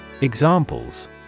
Examples